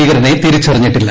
ഭീകരനെ തിരിച്ചറിഞ്ഞിട്ടില്ല